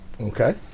Okay